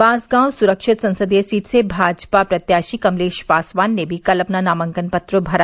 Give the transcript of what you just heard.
बांसगांव स्रक्षित संसदीय सीट से भाजपा प्रत्याशी कमलेश पासवान ने भी कल अपना नामांकन पत्र भरा